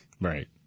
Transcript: Right